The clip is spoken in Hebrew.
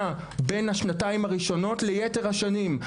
בין השנתיים הראשונות ליתר השנים.